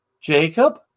Jacob